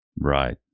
Right